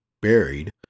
buried